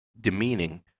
demeaning